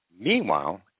Meanwhile